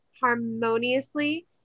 harmoniously